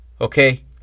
Okay